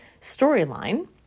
storyline